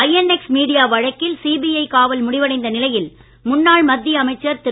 INX media வழக்கில் CBI காவல் முடிவடைந்த நிலையில் முன்னாள் மத்திய அமைச்சர் திரு